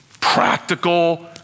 practical